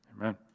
Amen